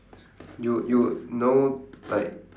you you know like